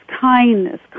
kindness